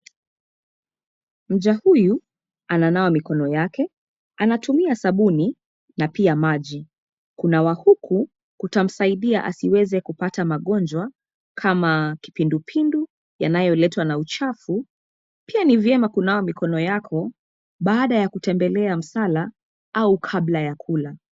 Mja huyu ananawa mikono yake, anatumia sabuni na pia maji. Kunawa huku kutamsaidia asiweze kupata magonjwa kama kipindupindu yanayoletwa na uchafu. Pia ni vyema kunawa mikono yako baada ya kutembelea msala au kabla ya kula.